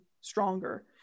stronger